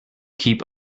keep